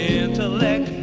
intellect